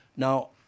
Now